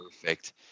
perfect